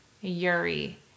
Yuri